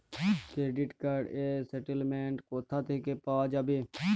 Credit card র statement কোথা থেকে পাওয়া যাবে?